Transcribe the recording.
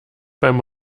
beim